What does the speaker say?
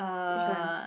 which one